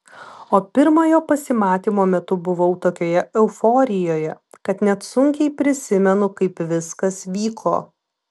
o pirmojo pasimatymo metu buvau tokioje euforijoje kad net sunkiai prisimenu kaip viskas vyko